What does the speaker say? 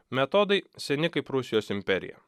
metodai seni kaip rusijos imperija